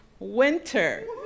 Winter